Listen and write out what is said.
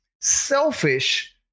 selfish